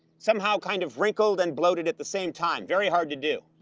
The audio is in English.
somehow kind of wrinkled and bloated at the same time. very hard to do.